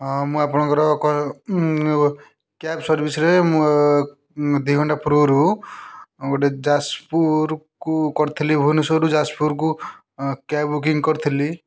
ହଁ ମୁଁ ଆପଣଙ୍କର କ୍ୟାବ୍ ସର୍ଭିସ୍ରେ ମୁଁ ଦୁଇ ଘଣ୍ଟା ପୂର୍ବରୁ ଗୋଟେ ଯାଜପୁରକୁ କରିଥିଲି ଭୁବନେଶ୍ଵରରୁ ଯାଜପୁରକୁ କ୍ୟାବ୍ ବୁକିଙ୍ଗ୍ କରିଥିଲି